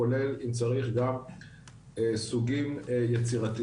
כולל אם צריך סוגים יצירתיים